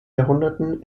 jahrhunderten